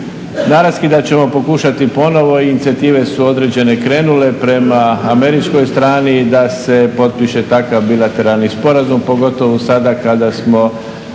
Naravski da ćemo pokušati ponovo i inicijative su određene krenule prema američkoj strani da se potpiše takav bilateralni sporazum pogotovo sada kada smo